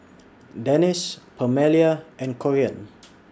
Denis Permelia and Corean